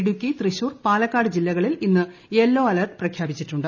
ഇടുക്കി തൃശൂർ പാലക്കാട് ജില്ലകളിൽ ഇന്ന് yellow alert പ്രഖ്യാപിച്ചിട്ടുണ്ട്